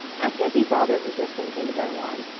i can't be bothered resisting things i want.